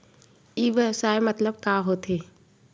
ई व्यवसाय मतलब का होथे?